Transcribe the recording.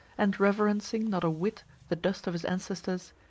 and reverencing not a whit the dust of his ancestors,